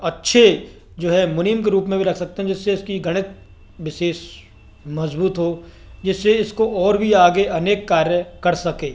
अच्छे जो है मुनीम के रूप में भी रख सकते है जिससे इसकी गणित विशेष मजबूत हो जिससे इसको और भी आगे अनेक कार्य कर सके